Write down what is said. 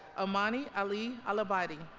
amani ali alobaidi